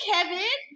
Kevin